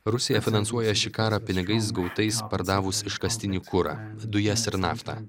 rusija finansuoja šį karą pinigais gautais pardavus iškastinį kurą dujas ir naftą